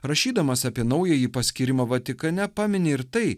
rašydamas apie naująjį paskyrimą vatikane pamini ir tai